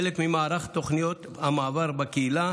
כחלק ממערך תוכניות המעבר בקהילה,